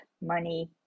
money